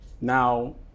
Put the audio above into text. now